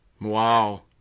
Wow